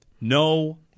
No